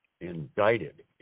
Indicted